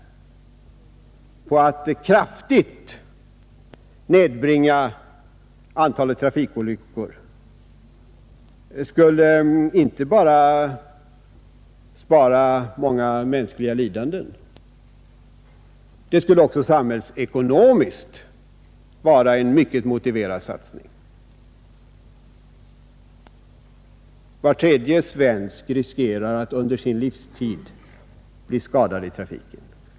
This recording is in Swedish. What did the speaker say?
En satsning på att kraftigt nedbringa antalet trafikolyckor skulle inte endast spara många mänskliga lidanden. Den skulle också samhällsekonomiskt vara mycket motiverad. Var tredje svensk riskerar att under sin livstid bli skadad i trafiken.